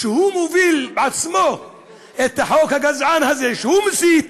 שהוא מוביל בעצמו את החוק הגזעני הזה, שהוא מסית,